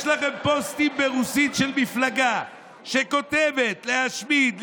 יש לכם פוסטים ברוסית של מפלגה שכותבת להשמיד,